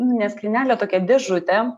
ne skrynelė tokia dėžutė